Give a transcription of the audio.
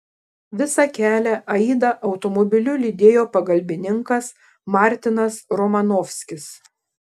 visą kelią aidą automobiliu lydėjo pagalbininkas martinas romanovskis